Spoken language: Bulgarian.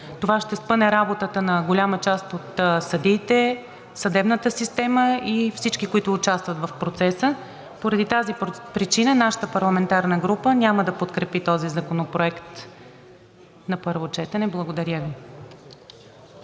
това ще спъне работата на голяма част от съдиите, съдебната система и всички, които участват в процеса. Поради тази причина нашата парламентарна група няма да подкрепи този законопроект на първо четене. Благодаря Ви.